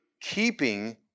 keeping